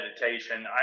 meditation